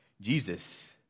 Jesus